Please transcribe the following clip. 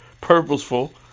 purposeful